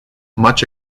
much